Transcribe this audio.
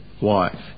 wife